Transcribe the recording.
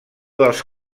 dels